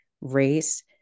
race